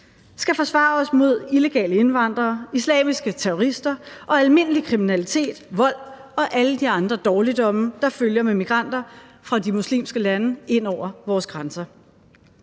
skal forsvare os imod illegale indvandrere, islamiske terrorister og almindelig kriminalitet, vold og alle de andre dårligdomme, der følger med migranter fra de muslimske lande ind over vores grænser.